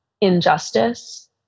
injustice